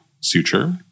suture